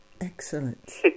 Excellent